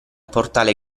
portale